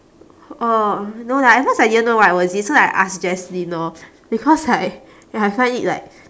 oh no lah at first I didn't know what was it so I ask jeslyn lor because like ya I find it like